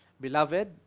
Beloved